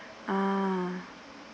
ah